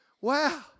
wow